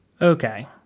Okay